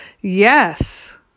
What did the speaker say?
Yes